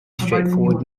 straightforward